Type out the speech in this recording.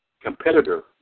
competitor